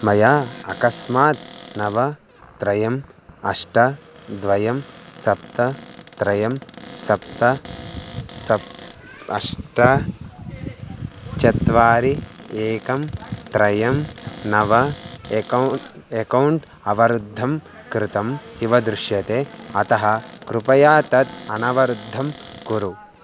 मया अकस्मात् नव त्रयम् अष्ट द्वयं सप्त त्रयं सप्त सप्त अष्ट चत्वारि एकं त्रयं नव एकौ एकौण्ट् अवरुद्धं कृतम् इव दृश्यते अतः कृपया तत् अनवरुद्धं कुरु